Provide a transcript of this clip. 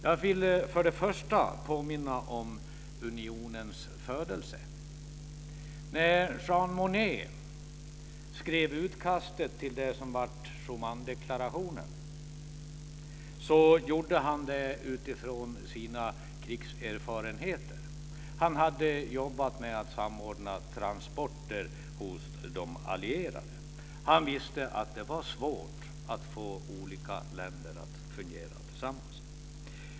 Jag vill för det första påminna om unionens födelse. När Jean Monnet skrev utkastet till det som blev Schumandeklarationen gjorde han det utifrån sina krigserfarenheter. Han hade jobbat med att samordna transporter hos de allierade. Han visste att det var svårt att få olika länder att fungera tillsammans.